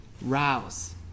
rouse